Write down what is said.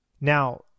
Now